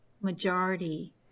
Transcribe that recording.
majority